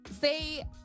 say